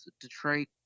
Detroit